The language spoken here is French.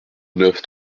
neuf